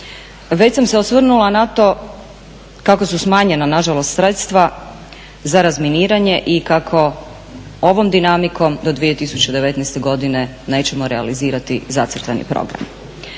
Već sam se osvrnula na to kako su smanjena nažalost sredstva za razminiranje i kako ovom dinamikom do 2019. godine nećemo realizirati zacrtani program.